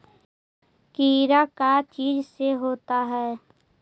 कीड़ा का चीज से होता है?